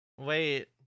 Wait